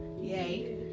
Yay